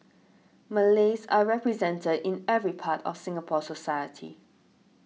Malays are represented in every part of Singapore society